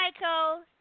Michael